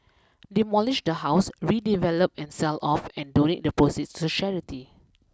demolish the house redevelop and sell off and donate the proceeds to charity